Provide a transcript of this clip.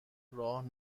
راه